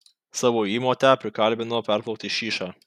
savo įmotę prikalbino perplaukti šyšą